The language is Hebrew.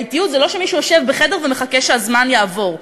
האטיות זה לא שמישהו יושב בחדר ומחכה שהזמן יעבור.